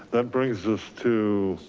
that brings us to,